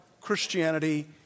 Christianity